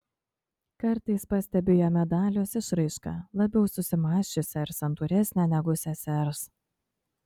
kartais pastebiu jame dalios išraišką labiau susimąsčiusią ir santūresnę negu sesers